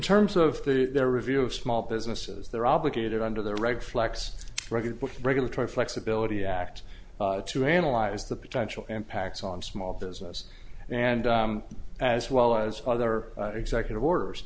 terms of the their review of small businesses they're obligated under the reg flex record regulatory flexibility act to analyze the potential impacts on small business and as well as other executive or